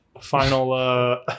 final